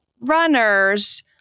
runners